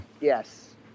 Yes